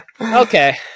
okay